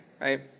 right